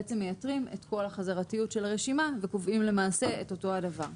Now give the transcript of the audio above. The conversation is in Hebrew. מייתרים את כל החזרתיות של הרשימה ולמעשה קובעים את אותו הדבר.